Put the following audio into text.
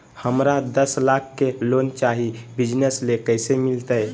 हमरा दस लाख के लोन चाही बिजनस ले, कैसे मिलते?